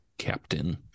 captain